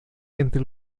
entre